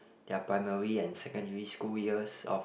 their primary and secondary school years of